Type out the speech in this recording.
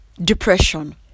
depression